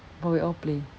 but we all play